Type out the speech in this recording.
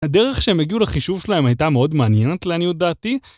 הדרך שהם הגיעו לחישוב שלהם הייתה מאוד מעניינת לעניות דעתי.